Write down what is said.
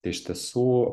tai iš tiesų